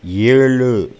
ஏழு